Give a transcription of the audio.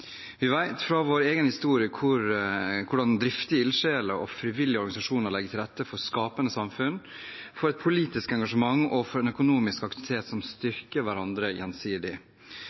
Vi vet fra vår egen historie hvordan driftige ildsjeler og frivillige organisasjoner legger til rette for skapende samfunn – for et politisk engasjement og for en økonomisk aktivitet som styrker hverandre gjensidig.